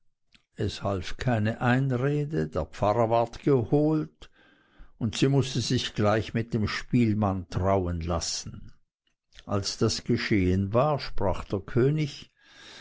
es half keine einrede der pfarrer ward geholt und sie mußte sich gleich mit dem spielmann trauen lassen als das geschehen war sprach der könig